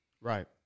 Right